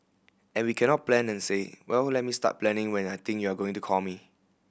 and we cannot plan and say well let me start planning when I think you are going to call me